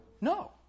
No